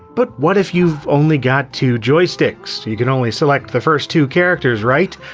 but what if you've only got two joysticks? you can only select the first two characters, right?